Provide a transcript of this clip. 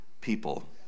people